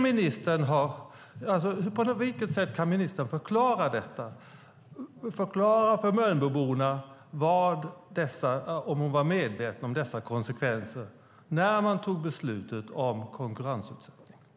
Kan ministern berätta för Mölnboborna om hon var medveten om dessa konsekvenser när beslutet om konkurrensutsättning fattades?